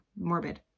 morbid